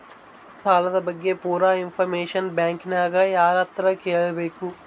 ಸಾಲದ ಬಗ್ಗೆ ಪೂರ ಇಂಫಾರ್ಮೇಷನ ಬ್ಯಾಂಕಿನ್ಯಾಗ ಯಾರತ್ರ ಕೇಳಬೇಕು?